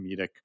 comedic